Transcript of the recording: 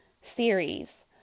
series